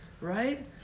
right